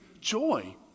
joy